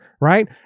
Right